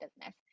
business